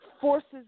forces